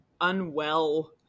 unwell